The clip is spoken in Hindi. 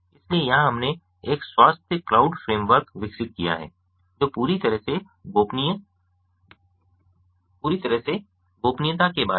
इसलिए यहां हमने एक स्वास्थ्य क्लाउड फ्रेमवर्क विकसित किया है जो पूरी तरह से गोपनीयता के बारे में है